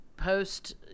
post